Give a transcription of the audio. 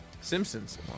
Simpsons